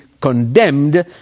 condemned